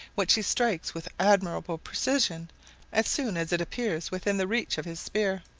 which he strikes with admirable precision as soon as it appears within the reach of his spear.